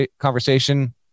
conversation